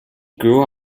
grew